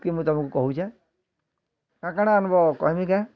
ଏତିକି ତମକୁ କହୁଛେ କାଣା କାଣା ଆଣ୍ବ କହିବି କେଁ